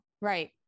Right